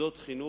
מוסדות חינוך,